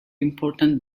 important